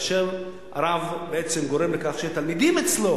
כאשר הרב בעצם גורם לכך שהתלמידים אצלו